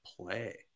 play